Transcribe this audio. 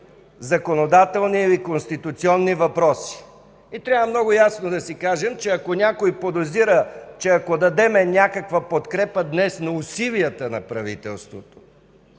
законодателни или конституционни въпроси. Трябва много ясно да си кажем: ако някой подозира, че ако дадем някаква подкрепа днес на усилията на правителството,